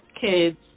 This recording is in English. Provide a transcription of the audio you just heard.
kids